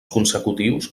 consecutius